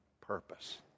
purpose